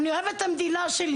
אני אוהבת את המדינה שלי,